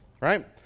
right